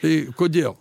tai kodėl